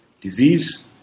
Disease